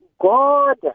God